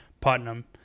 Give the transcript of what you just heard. Putnam